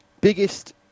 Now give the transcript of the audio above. biggest